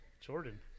Jordan